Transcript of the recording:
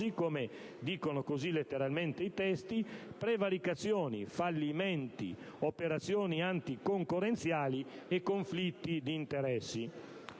dicono letteralmente i testi - prevaricazioni, fallimenti, operazioni anticoncorrenziali e conflitti di interessi.